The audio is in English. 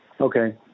okay